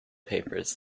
papers